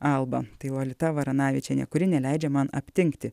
alba tai lolita varanavičienė kuri neleidžia man aptingti